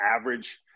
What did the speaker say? average